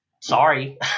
sorry